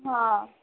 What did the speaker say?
ହଁ